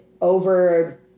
over